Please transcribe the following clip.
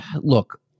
look